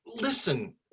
Listen